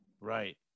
Right